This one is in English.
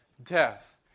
death